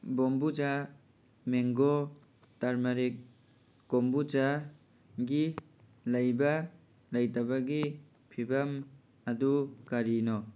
ꯕꯣꯝꯕꯨꯆꯥ mango turmeric ꯀꯣꯝꯕꯨꯆꯥꯒꯤ ꯂꯩꯕ ꯂꯩꯇꯕꯒꯤ ꯐꯤꯕꯝ ꯑꯗꯨ ꯀꯔꯤꯅꯣ